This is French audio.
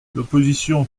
l’opposition